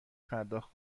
پرداخت